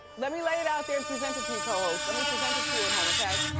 let me lay it out there and present it to you, co-hosts. let me present it to you at home, okay?